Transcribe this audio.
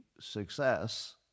success